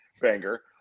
banger